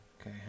okay